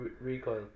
recoil